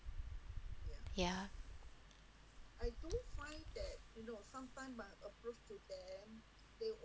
ya